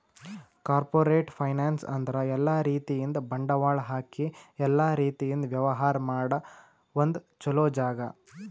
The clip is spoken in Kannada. ಕಾರ್ಪೋರೇಟ್ ಫೈನಾನ್ಸ್ ಅಂದ್ರ ಎಲ್ಲಾ ರೀತಿಯಿಂದ್ ಬಂಡವಾಳ್ ಹಾಕಿ ಎಲ್ಲಾ ರೀತಿಯಿಂದ್ ವ್ಯವಹಾರ್ ಮಾಡ ಒಂದ್ ಚೊಲೋ ಜಾಗ